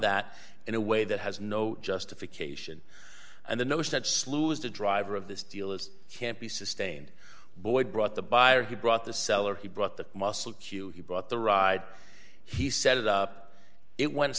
that in a way that has no justification and the notion that slew is the driver of this deal is can't be sustained boyd brought the buyer he brought the seller he brought the muscle cue he brought the ride he set it up it went